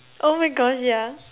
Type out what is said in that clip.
oh my gosh yeah